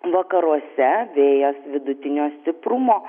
vakaruose vėjas vidutinio stiprumo